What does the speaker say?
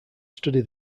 study